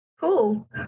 cool